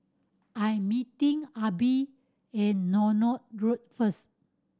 I'm meeting Abie at Northolt Road first